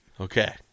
Okay